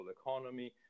economy